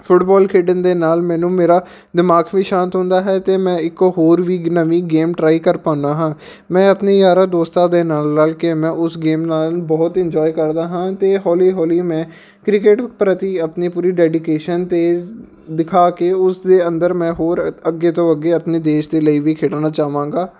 football ਖੇਡਣ ਦੇ ਨਾਲ ਮੈਨੂੰ ਮੇਰਾ ਦਿਮਾਗ ਵੀ ਸ਼ਾਂਤ ਹੁੰਦਾ ਹੈ ਅਤੇ ਮੈਂ ਇੱਕ ਹੋਰ ਵੀ ਨਵੀਂ ਗੇਮ ਟਰਾਈ ਕਰ ਪਾਉਂਦਾ ਹਾਂ ਮੈਂ ਆਪਣੇ ਯਾਰਾਂ ਦੋਸਤਾਂ ਦੇ ਨਾਲ ਰਲ ਕੇ ਮੈਂ ਉਸ ਗੇਮ ਨਾਲ ਬਹੁਤ ਇੰਜੋਏ ਕਰਦਾ ਹਾਂ ਅਤੇ ਹੌਲੀ ਹੌਲੀ ਮੈਂ ਕ੍ਰਿਕਟ ਪ੍ਰਤੀ ਆਪਣੀ ਪੂਰੀ ਡੈਡੀਕੇਸ਼ਨ ਤੇ ਦਿਖਾ ਕੇ ਉਸਦੇ ਅੰਦਰ ਮੈਂ ਹੋਰ ਅੱਗੇ ਤੋਂ ਅੱਗੇ ਆਪਣੇ ਦੇਸ਼ ਦੇ ਲਈ ਵੀ ਖੇਡਣਾ ਚਾਹਵਾਂਗਾ